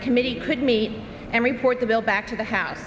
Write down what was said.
the committee could meet and report the bill back to the house